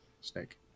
Snake